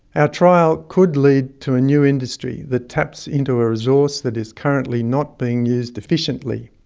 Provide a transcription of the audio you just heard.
our trial could lead to a new industry that taps into a resource that is currently not being used efficiently.